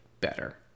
better